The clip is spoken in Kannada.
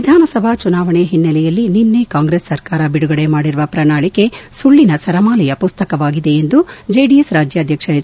ವಿಧಾನಸಭಾ ಚುನಾವಣೆ ಹಿನ್ನೆಲೆಯಲ್ಲಿ ನಿನ್ನೆ ಕಾಂಗ್ರೆಸ್ ಸರ್ಕಾರ ಬಿಡುಗಡೆ ಮಾಡಿರುವ ಪ್ರಣಾಳಿಕೆ ಸುಳ್ಳನ ಸರಮಾಲೆಯ ಪುಸ್ತಕವಾಗಿದೆ ಎಂದು ಜೆಡಿಎಸ್ ರಾಜ್ಯಾಧ್ಯಕ್ಷ ಎಚ್